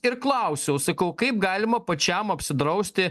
ir klausiau sakau kaip galima pačiam apsidrausti